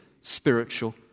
spiritual